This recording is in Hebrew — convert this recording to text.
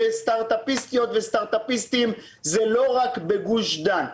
סטרט-אפיסטיות וסטרט-אפיסטים זה לא רק בגוש דן.